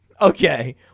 Okay